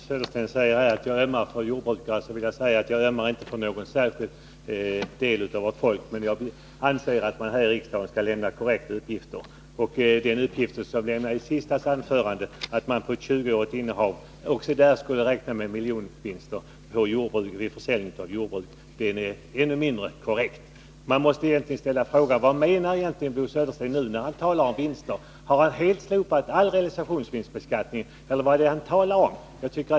Fru talman! Bo Södersten sade att jag ömmar för jordbrukare. Nej, jag ömmar inte för någon särskild del av vårt folk. Jag anser att man här i riksdagen skall lämna korrekta uppgifter. De uppgifter Bo Södersten lämnade i sitt senaste anförande — att man också på ett 20-årigt innehav skulle räkna med miljonvinster vid försäljning av jordbruk — är ännu mindre korrekta än de tidigare. Man måste ställa frågan: Vad menar Bo Södersten när han talar om vinster? Har han helt slutat tala om realisationsvinstbeskattningen? Vad är det han talar om?